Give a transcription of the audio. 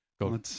Go